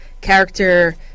character